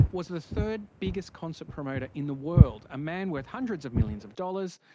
was the third biggest concert promoter in the world a man worth hundreds of millions of dollars.